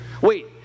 Wait